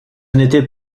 n’était